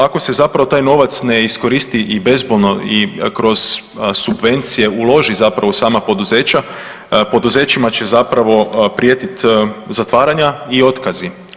Ako se zapravo taj novac ne iskoristi i bezbolno i kroz subvencije uloži zapravo u sama poduzeća, poduzećima će zapravo prijetiti zatvaranja i otkazi.